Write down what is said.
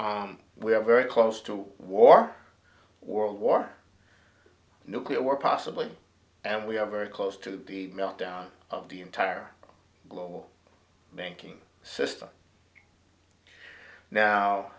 have very close to war world war nuclear war possibly and we are very close to the meltdown of the entire global banking system now